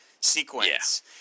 sequence